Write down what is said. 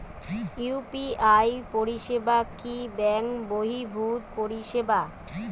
UPI পরিসেবা কি bank বর্হিভুত পরিসেবা?